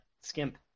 skimp